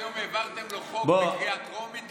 שהיום העברתם לו חוק בקריאה טרומית,